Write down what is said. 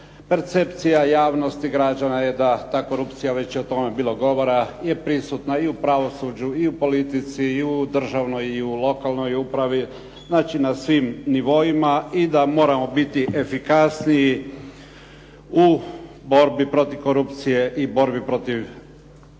percepcija javnosti građana je da ta korupcija, već je o tome bilo govora je prisutna i u pravosuđu i u politici i u državnoj i u lokalnoj upravi, znači na svim nivoima i da moramo biti efikasniji u borbi protiv korupcije i borbi protiv